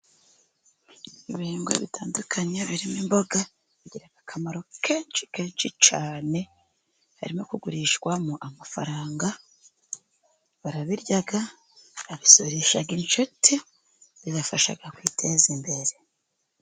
Ibihingwa bitandukanye， birimo imboga， bigira akamaro kenshi kenshi cyane. Harimo kugurishwamo amafaranga， barabirya， babisurisha inshuti，bibafasha kwiteza imbere.